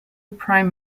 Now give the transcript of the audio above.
prime